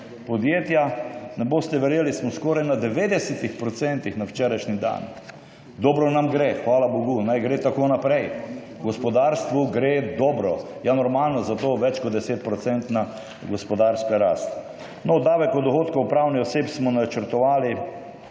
podjetja, ne boste verjeli, smo skoraj na 90 % na včerajšnji dan. Dobro nam gre. Hvala bogu, naj gre tako naprej. Gospodarstvu gre dobro. Ja, normalno, zato je več kot 10-odstotna gospodarska rast. Davek od dohodkov pravnih oseb smo načrtovali,